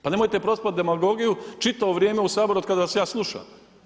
Pa nemojte prosipati demagogiju čitavo vrijeme u Saboru od kad vas ja slušam.